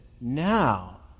now